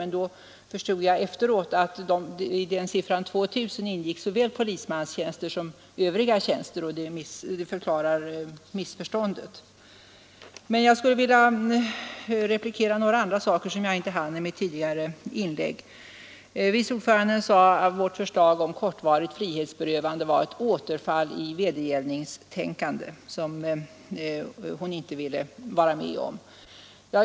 Men jag förstod efteråt att i siffran 2 000 ingick såväl polismanstjänster som övriga tjänster, och det förklarar missförståndet. Jag skulle vilja replikera några andra påståenden som jag inte hann med i mitt tidigare inlägg. Vice ordföranden sade att vårt förslag om kortvarigt frihetsberövande innebar ett återfall i vedergällningstänkande som hon inte ville vara med om.